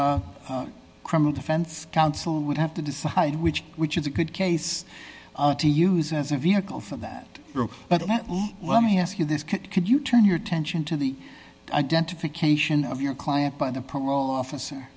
and criminal defense counsel would have to decide which which is a good case to use as a vehicle for that but let me ask you this could you turn your attention to the identification of your client by the parole officer